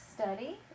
study